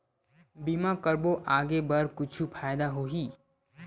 बीमा करबो आगे बर कुछु फ़ायदा होही?